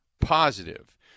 positive